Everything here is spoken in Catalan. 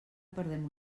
perdem